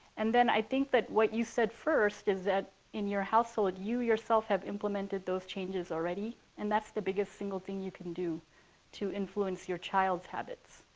and then i think that what you said first is that in your household, you yourself have implemented those changes already. and that's the biggest single thing you can do to influence your child's habits.